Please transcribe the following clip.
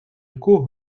яку